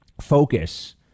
focus